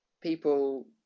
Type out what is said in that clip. people